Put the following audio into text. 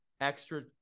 extra